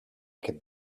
could